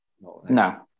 no